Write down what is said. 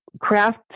craft